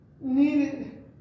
needed